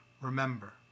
Remember